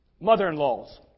mother-in-laws